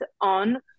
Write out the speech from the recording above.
on